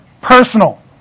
personal